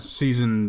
season